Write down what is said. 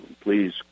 please